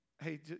Hey